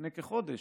לפני כחודש,